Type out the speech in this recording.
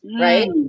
right